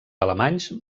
alemanys